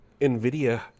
NVIDIA